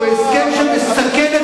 הוא הסכם שמסכן את